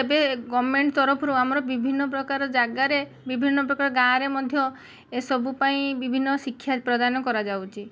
ଏବେ ଗଭର୍ନମେଣ୍ଟ ତରଫରୁ ଆମର ବିଭିନ୍ନ ପ୍ରକାର ଜାଗାରେ ବିଭିନ୍ନପ୍ରକାର ଗାଁରେ ମଧ୍ୟ ଏସବୁ ପାଇଁ ବିଭିନ୍ନ ଶିକ୍ଷାପ୍ରଦାନ କରାଯାଉଛି